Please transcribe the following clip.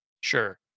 sure